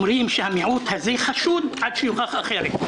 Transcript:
אומרים שהמיעוט הזה חשוד עד שיוכח אחרת,